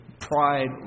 pride